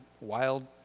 wild